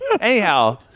anyhow